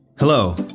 Hello